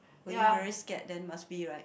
were you very scared then must be right